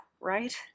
right